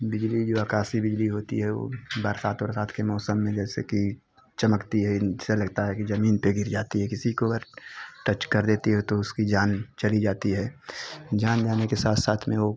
बिजली जो आकाशी बिजली होती है वह बरसात ओरसात के मौसम में जैसे कि चमकती है ऐसा लगता है कि ज़मीन पर गिर जाती है किसी को अगर टच कर देती है तो उसकी जान चली जाती है जान जाने के साथ साथ में ओ